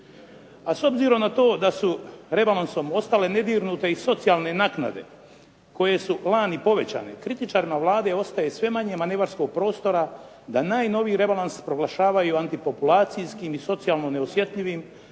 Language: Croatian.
a s obzirom na to da su rebalansom ostale nedirnute i socijalne naknade koje su lani povećane, kritičarima u Vladi ostaje sve manje manevarskog prostora da najnoviji rebalans proglašavaju antipopulacijskim i socijalno neosjetljivim.